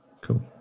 cool